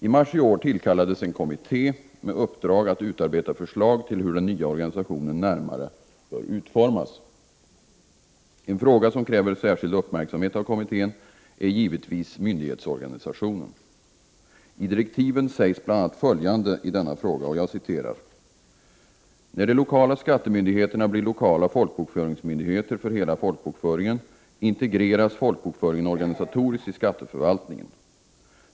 I marsi år tillkallades en kommitté med uppdrag att utarbeta förslag till hur den nya organisationen närmare bör utformas. En fråga som kräver särskild uppmärksamhet av kommittén är givetvis myndighetsorganisationen. I direktiven sägs bl.a. följande i denna fråga: ”När de lokala skattemyndigheterna blir lokala folkbokföringsmyndigheter för hela folkbokföringen integreras folkbokföringen organisatoriskt i skatteförvaltningen.